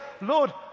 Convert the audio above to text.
Lord